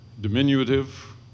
diminutive